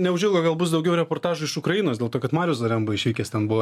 neužilgo gal bus daugiau reportažų iš ukrainos dėl to kad marius zaremba išvykęs ten buvo